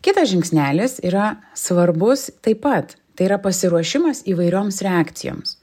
kitas žingsnelis yra svarbus taip pat tai yra pasiruošimas įvairioms reakcijoms